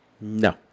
No